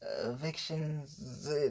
evictions